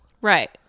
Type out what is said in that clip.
Right